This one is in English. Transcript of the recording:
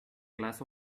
glass